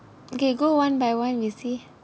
okay go one by one you see